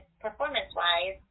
performance-wise